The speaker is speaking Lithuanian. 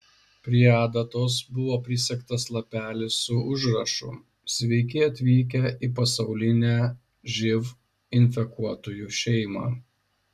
prie adatos buvo prisegtas lapelis su užrašu sveiki atvykę į pasaulinę živ infekuotųjų šeimą